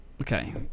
okay